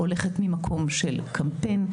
הולכת ממקום של קמפיין,